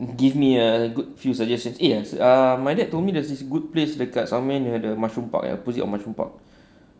give me a good few suggestions eh ah my dad told me there's this good place dekat somewhere near the mushroom park opposite mushroom park